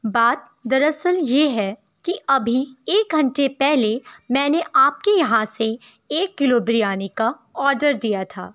بات دراصل یہ ہے کہ ابھی ایک گھنٹے پہلے میں نے آپ کے یہاں سے ایک کلو بریانی کا آڈر دیا تھا